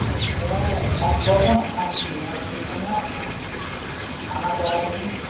ᱟᱪᱪᱷᱟ ᱥᱟᱵ ᱠᱚᱣᱟ ᱵᱚᱱ ᱟᱜᱠᱷᱟᱱ ᱧᱮᱞ ᱦᱩᱭ ᱟᱠᱟᱱᱟ ᱟᱜᱠᱷᱟᱱ ᱦᱟᱱᱟ ᱴᱚᱞᱟ ᱨᱤᱱᱤᱡ